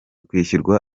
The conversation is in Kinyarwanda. kwishyurwa